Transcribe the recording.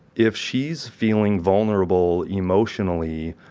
if she's feeling vulnerable emotionally,